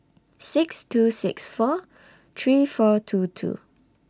six two six four three four two two